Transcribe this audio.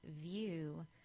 view